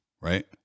right